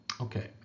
Okay